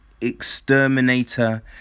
exterminator